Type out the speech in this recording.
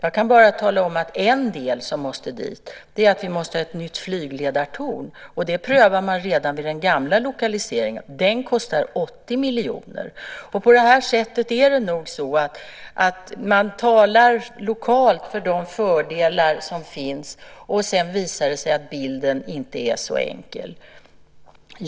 Jag kan bara tala om att en del som måste till är att vi måste ha ett nytt flygledartorn, och det prövade man redan vid den gamla lokaliseringen. Det kostar 80 miljoner. På det här sättet är det nog: Man talar lokalt för de fördelar som finns, och sedan visar det sig att bilden inte är så enkel.